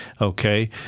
Okay